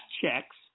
checks